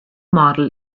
model